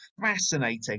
fascinating